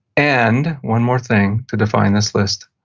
and one more thing to define this list,